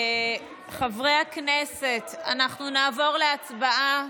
חברי הכנסת, אנחנו נעבור להצבעה.